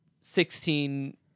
sixteen